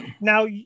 Now